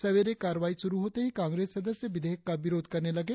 सवेरे कार्यवाही शुरु होते ही कांग्रेस सदस्य विधेयक का विरोध करने लगे